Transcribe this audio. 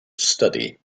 study